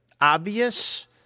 obvious